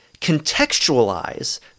contextualize